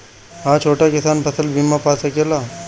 हा छोटा किसान फसल बीमा पा सकेला?